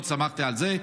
מאוד שמחתי על זה.